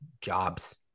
jobs